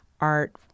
art